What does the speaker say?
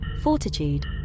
fortitude